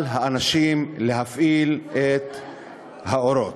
על האנשים להפעיל את האורות.